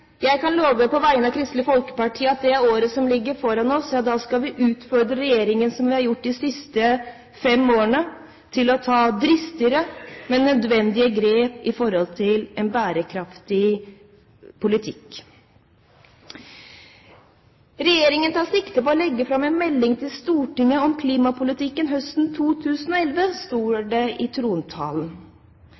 Jeg kan på vegne av Kristelig Folkeparti love at vi i det året som ligger foran oss, skal utfordre regjeringen, slik vi har gjort de siste fem årene, til å ta dristigere, men nødvendige grep i forhold til en bærekraftig politikk. «Regjeringen tar sikte på å legge fram en melding til Stortinget om klimapolitikken høsten 2011», står det i trontalen.